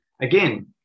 Again